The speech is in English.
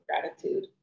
gratitude